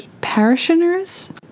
parishioners